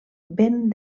ben